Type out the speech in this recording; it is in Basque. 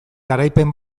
garaipen